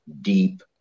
deep